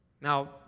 Now